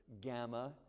gamma